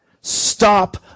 stop